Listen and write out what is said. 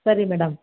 ಸರಿ ಮೇಡಮ್